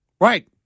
Right